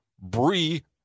Bree